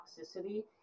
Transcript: toxicity